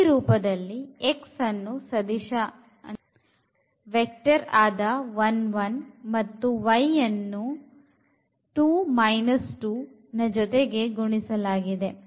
ಈ ರೂಪದಲ್ಲಿ x ಅನ್ನು ಸದಿಶ ವಾದ 1 1 ಮತ್ತು y ಅನ್ನು 2 2 ನ ಜೊತೆಗೆ ಗುಣಿಸಲಾಗಿದೆ